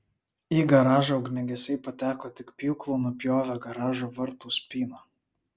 į garažą ugniagesiai pateko tik pjūklu nupjovę garažo vartų spyną